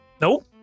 Nope